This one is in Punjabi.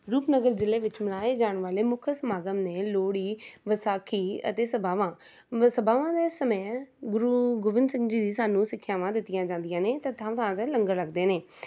ਰੂਪਨਗਰ ਜ਼ਿਲ੍ਹੇ ਵਿੱਚ ਮਨਾਏ ਜਾਣ ਵਾਲੇ ਮੁੱਖ ਸਮਾਗਮ ਨੇ ਲੋਹੜੀ ਵਿਸਾਖੀ ਅਤੇ ਸਭਾਵਾਂ ਸਭਾਵਾਂ ਦੇ ਸਮੇਂ ਗੁਰੂ ਗੋਬਿੰਦ ਸਿੰਘ ਜੀ ਦੀ ਸਾਨੂੰ ਸਿੱਖਿਆਵਾਂ ਦਿੱਤੀਆਂ ਜਾਂਦੀਆਂ ਨੇ ਤਾਂ ਥਾਂ ਥਾਂ 'ਤੇ ਲੰਗਰ ਲੱਗਦੇ ਨੇ